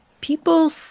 people